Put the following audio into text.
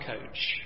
coach